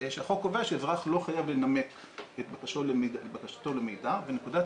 החוק קובע שאזרח לא חייב לנמק את בקשתו למידע ונקודת